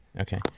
Okay